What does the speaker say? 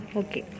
okay